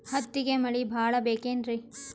ಹತ್ತಿಗೆ ಮಳಿ ಭಾಳ ಬೇಕೆನ್ರ?